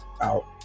out